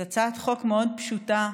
זו הצעת חוק מאוד פשוטה.